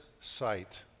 sight